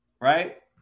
right